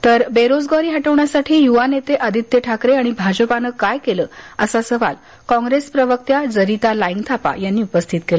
तर बेरोजगारी हटवण्यासाठी युवा नेते आदित्य ठाकरे आणि भाजपानं काय केलं असा सवाल काँग्रेस प्रवक्त्या जरीता लाइंगथापा यांनी उपस्थित केला